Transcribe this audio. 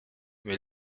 mais